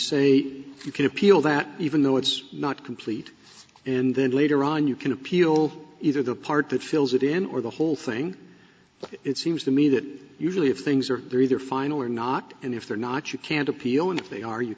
say you can appeal that even though it's not complete and then later on you can appeal either the part that fills it in or the whole thing but it seems to me that usually if things are very they're final or not and if they're not you can't appeal and if they are you